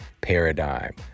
paradigm